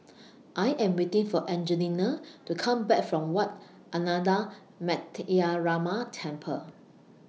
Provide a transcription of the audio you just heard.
I Am waiting For Angelina to Come Back from Wat Ananda Metyarama Temple